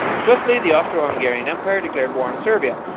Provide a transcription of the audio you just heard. swiftly the austro-hungarian empire declared war on serbia.